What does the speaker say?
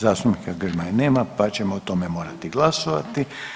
Zastupnika Grmoje nema pa ćemo o tome morati glasovati.